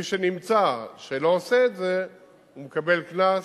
מי שנמצא שלא עשה את זה מקבל קנס,